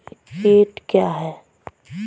कीट क्या है?